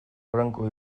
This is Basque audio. franco